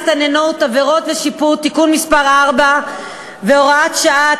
הסתננות (עבירות שיפוט) (תיקון מס' 4 והוראת שעה),